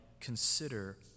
consider